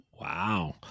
Wow